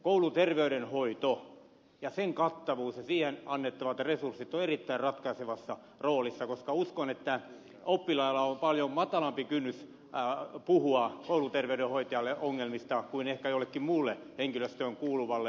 kouluterveydenhoito ja sen kattavuus ja siihen annettavat resurssit ovat erittäin ratkaisevassa roolissa koska uskon että oppilaille on paljon matalampi kynnys puhua kouluterveydenhoitajalle ongelmistaan kuin ehkä jollekin muulle henkilöstöön kuuluvalle